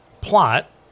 plot